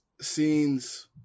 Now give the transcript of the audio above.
scenes